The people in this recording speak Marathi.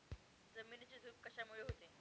जमिनीची धूप कशामुळे होते?